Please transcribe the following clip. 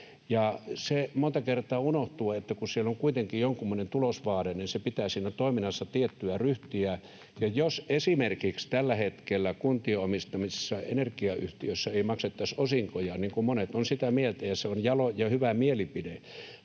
Se monta kertaa unohtuu, että kun siellä on kuitenkin jonkunmoinen tulosvaade, niin se pitää siinä toiminnassa tiettyä ryhtiä, ja jos esimerkiksi tällä hetkellä kuntien omistamissa energiayhtiöissä ei maksettaisi osinkoja — monet ovat sitä mieltä, ja se on jalo ja hyvä mielipide